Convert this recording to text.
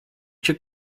cię